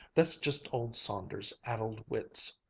that's just old saunders' addled wits.